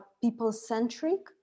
people-centric